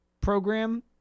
Program